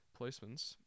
placements